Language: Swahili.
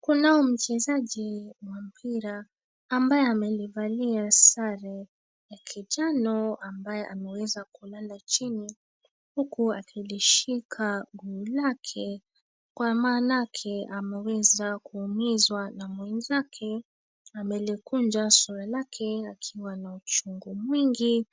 Kunao mchezaji wa mpira ambaye amelivalia sare ya kijano ambaye ameweza kulala chini huku akilishika guu lake kwa maanake ameweza kuumizwa na mwenzake. Amelikunja sura lake akiwa na uchungu mwingi